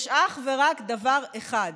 יש אך ורק דבר אחד,